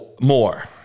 more